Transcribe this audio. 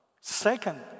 Second